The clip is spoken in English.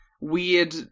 weird